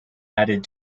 added